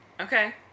Okay